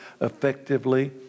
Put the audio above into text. effectively